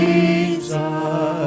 Jesus